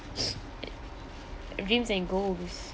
dreams and goals